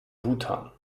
bhutan